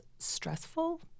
stressful